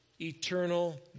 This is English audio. Eternal